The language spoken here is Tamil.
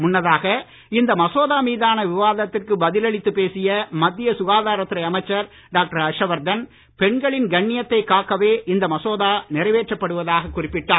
முன்னதாக இந்த மசோதா மீதான விவாதத்திற்கு பதிலளித்துப் பேசிய மத்திய சுகாதாரத்துறை அமைச்சர் டாக்டர் ஹர்ஷவர்தன் பெண்களின் கண்ணியத்தை காக்கவே இந்த மசோதா நிறைவேற்றப்படுவதாக குறிப்பிட்டார்